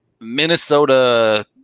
Minnesota